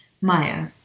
Maya